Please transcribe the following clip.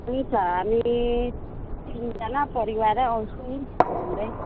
हुन्छ हामी तीनजना परिवारै आउँछौँ नि घुम्दै